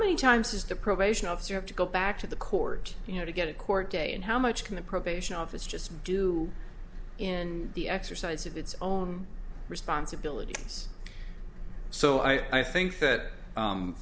many times has the probation officer have to go back to the court you know to get a court date and how much can the probation office just do in the exercise of its own responsibilities so i think that